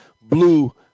Blue